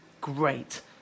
great